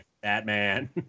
Batman